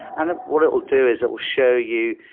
and what it will do is it will show you